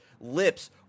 lips